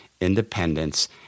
independence